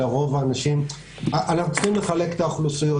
אנחנו צריכים לחלק את האוכלוסיות,